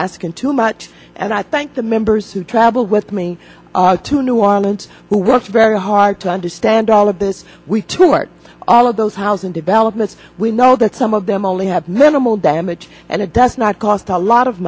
asking too much and i thank the members who travel with me to new orleans who worked very hard to understand all of this we toured all of those housing developments we know that some of them only minimal damage and it does not cost a lot of